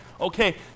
okay